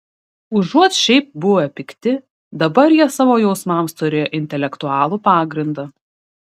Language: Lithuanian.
užuot šiaip buvę pikti dabar jie savo jausmams turėjo intelektualų pagrindą